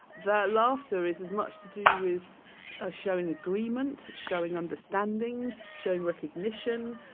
their laughter is as much to do with ah showing agreement, showing understanding, showing recognition,